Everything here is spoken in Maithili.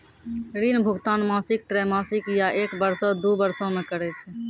ऋण भुगतान मासिक, त्रैमासिक, या एक बरसो, दु बरसो मे करै छै